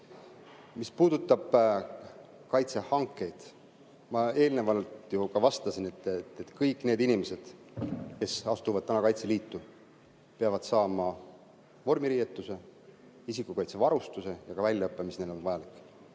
Mis puudutab kaitsehankeid, ma eelnevalt ju ka vastasin, et kõik need inimesed, kes astuvad täna Kaitseliitu, peavad saama vormiriietuse, isikukaitsevarustuse ja ka väljaõppe, mis neile on vajalik.